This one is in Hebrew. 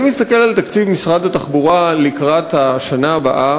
אני מסתכל על תקציב משרד התחבורה לקראת השנה הבאה,